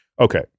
Okay